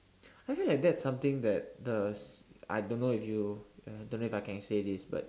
I feel like that's something that the I don't know if you uh don't know if I can say this but